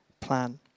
plan